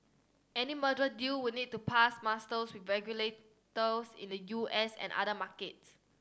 any merger deal would need to pass musters with regulators in the U S and other markets